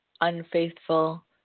unfaithful